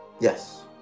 Yes